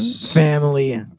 Family